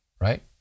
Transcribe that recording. Right